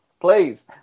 please